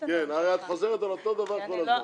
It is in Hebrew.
הרי את חוזרת על אותו דבר כל הזמן.